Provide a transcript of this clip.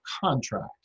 contract